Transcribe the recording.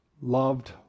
loved